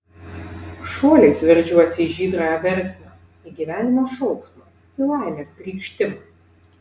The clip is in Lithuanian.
šuoliais veržiuosi į žydrąją versmę į gyvenimo šauksmą į laimės krykštimą